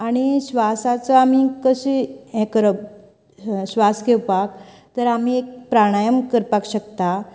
आनी श्वासचो आमी कशें हे करप श्वास घेवपाक तर आमी एक प्राणायम करपाक शकता